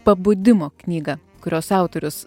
pabudimo knygą kurios autorius